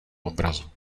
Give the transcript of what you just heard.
obrazu